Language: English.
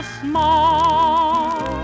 small